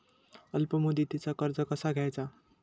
अल्प मुदतीचा कर्ज कसा घ्यायचा?